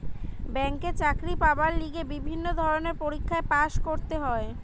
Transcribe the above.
ব্যাংকে চাকরি পাবার লিগে বিভিন্ন ধরণের পরীক্ষায় পাস্ করতে হয়